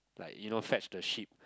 like you know fetch the ship